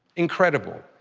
incredible.